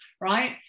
right